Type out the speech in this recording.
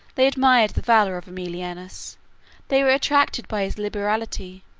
they admired the valor of aemilianus they were attracted by his liberality,